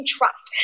Trust